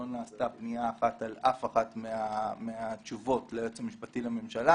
לא נעשתה פנייה אחת על אף אחת מהתשובות ליועץ המשפטי לממשלה.